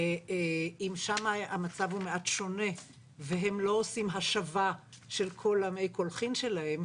ואם שם המצב הוא מעט שונה והם לא עושים השבה של כל מי הקולחין שלהם,